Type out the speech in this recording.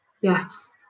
Yes